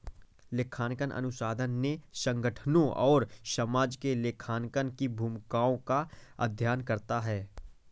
लेखांकन अनुसंधान ने संगठनों और समाज में लेखांकन की भूमिकाओं का अध्ययन करता है